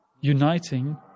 uniting